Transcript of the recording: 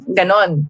ganon